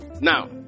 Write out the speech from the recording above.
Now